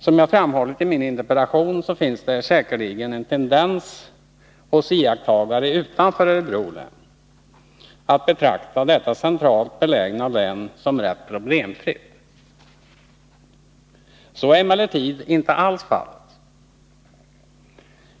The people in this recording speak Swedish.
Som jag framhållit i min interpellation finns det säkerligen en tendens hos iakttagare utanför Örebro län att betrakta detta centralt belägna län som rätt problemfritt. Så är emellertid inte alls fallet.